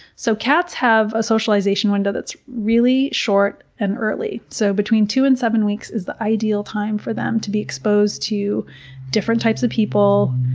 so cats have a socialization window that's really short and early, so between two and seven weeks is the ideal time for them to be exposed to different types of people,